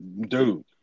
Dude